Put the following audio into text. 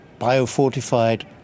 biofortified